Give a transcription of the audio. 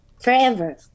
forever